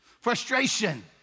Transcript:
frustration